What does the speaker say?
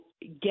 get